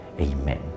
Amen